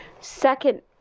Second